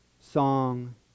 song